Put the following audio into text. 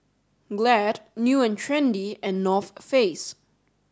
Glad New and Trendy and North Face